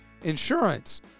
insurance